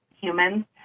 humans